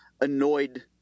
annoyed